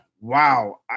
Wow